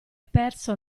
perso